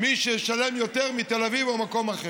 מי שישלם יותר, מתל אביב או ממקום אחר.